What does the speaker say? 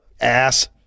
ass